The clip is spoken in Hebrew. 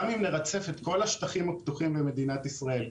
גם אם נרצף את כל השטחים הפתוחים במדינת ישראל,